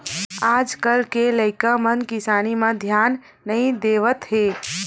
आज कल के लइका मन किसानी म धियान नइ देवत हे